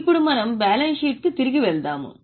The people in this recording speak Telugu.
ఇప్పుడు మనం బ్యాలెన్స్ షీట్కు తిరిగి వెళ్తాము